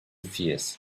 fears